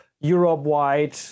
Europe-wide